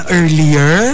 earlier